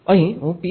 અહીં હું એચ